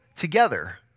together